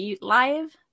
live